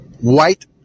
white